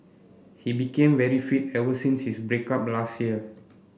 he became very fit ever since his break up last year